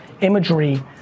imagery